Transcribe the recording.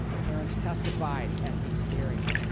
parents testified at these hearings.